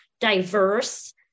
diverse